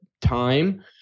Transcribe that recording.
time